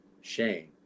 shame